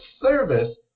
service